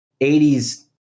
80s